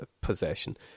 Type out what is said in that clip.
possession